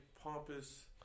pompous